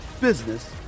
business